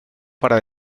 para